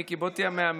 מיקי, בוא תהיה מאמן.